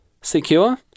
secure